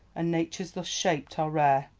and natures thus shaped are rare,